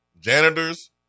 janitors